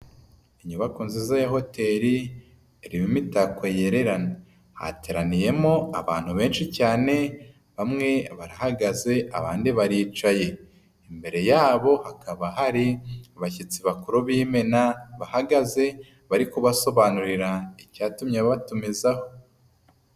Inyubako nziza ya hoteri irimo imitako yererana. Hateraniyemo abantu benshi cyane, bamwe barahagaze abandi baricaye. Imbere yabo hakaba hari abashyitsi bakuru b'imena bahagaze, bari kubasobanurira icyatumye babatumizaho.